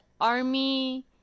Army